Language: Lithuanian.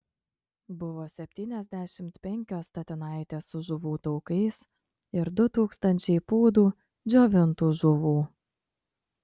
buvo septyniasdešimt penkios statinaitės su žuvų taukais ir du tūkstančiai pūdų džiovintų žuvų